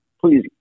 please